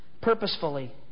purposefully